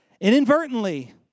inadvertently